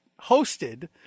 hosted